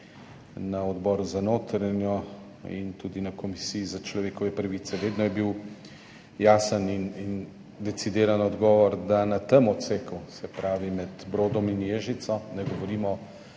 na odboru za notranjo … in tudi na Komisiji za človekove pravice. Vedno je bil jasen in decidiran odgovor, da se na tem odseku, se pravi med Brodom in Ježico, ne govorimo